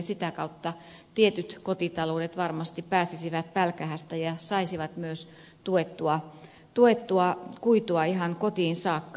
sitä kautta tietyt kotitaloudet varmasti pääsisivät pälkähästä ja saisivat myös tuettua kuitua ihan kotiin saakka